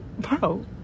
bro